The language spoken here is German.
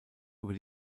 über